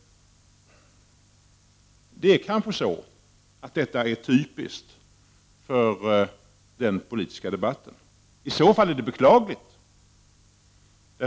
Det är kanske så att detta är typiskt för den politiska debatten. I så fall är det beklagligt.